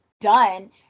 Done